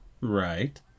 Right